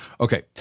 Okay